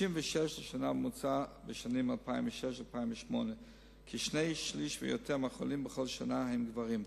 36 לשנה בממוצע בשנים 2006 2008. כשני-שלישים ויותר מהחולים בכל שנה הם גברים.